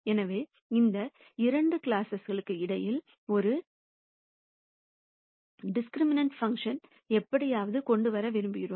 எனவே இந்த இரண்டு கிளாஸ்ஸஸ் இடையில் ஒரு டிசிகிரிமினன்ட் பான்க்ஷன் எப்படியாவது கொண்டு வர விரும்புகிறோம்